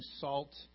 salt